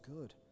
good